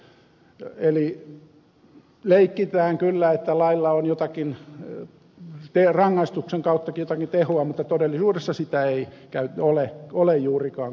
eli leikitään kyllä että lailla on rangaistuksen kauttakin jotakin tehoa mutta todellisuudessa sitä ei ole juurikaan